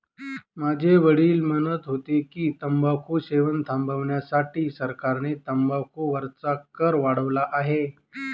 माझे वडील म्हणत होते की, तंबाखू सेवन थांबविण्यासाठी सरकारने तंबाखू वरचा कर वाढवला आहे